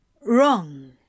wrong